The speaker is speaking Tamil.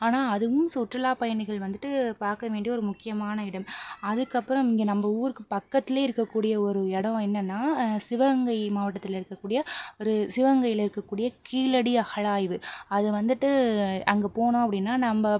ஆனால் அதுவும் சுற்றுலா பயணிகள் வந்துட்டு பார்க்க வேண்டிய ஒரு முக்கியமான இடம் அதுக்கப்புறம் இங்கே நம் ஊருக்கு பக்கத்தில் இருக்கக்கூடிய ஒரு இடம் என்னென்னா சிவகங்கை மாவட்டத்தில் இருக்கக்கூடிய சிவகங்கையில் இருக்க கூடிய கீழடி அகழாய்வு அது வந்துட்டு அங்கே போனோம் அப்படின்னா நம்